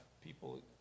people